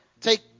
take